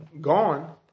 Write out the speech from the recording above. gone